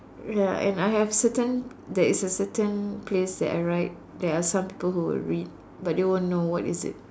ya and I have certain there is a certain place that I write there are some people who will read but they won't know what is it